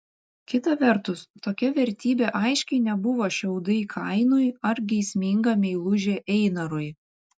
kita vertus tokia vertybė aiškiai nebuvo šiaudai kainui ar geisminga meilužė einarui